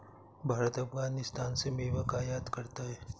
भारत अफगानिस्तान से मेवा का आयात करता है